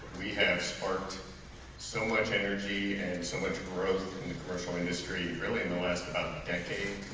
we have sparked so much energy and so much growth within the commercial industry really in the last decade.